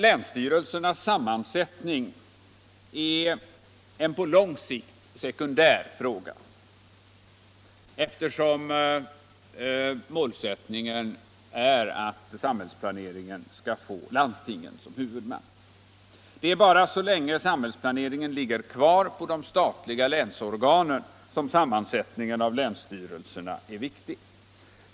Länsstyrelsernas sammansättning är en på lång sikt sekundär fråga, eftersom målsättningen är att samhällsplaneringen skall få landstingen som huvudmän. Det är bara så länge samhällsplaneringen ligger kvar på de statliga länsorganen som sammansättningen av länsstyrelserna är viktig.